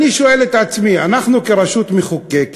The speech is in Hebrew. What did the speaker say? אני שואל את עצמי: אנחנו, כרשות מחוקקת,